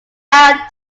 out